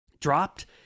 dropped